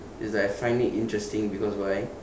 is like I find it interesting because why